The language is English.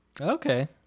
Okay